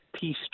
peace